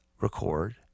record